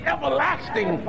Everlasting